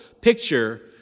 picture